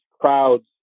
crowds